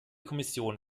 kommission